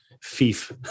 fief